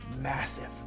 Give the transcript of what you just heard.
massive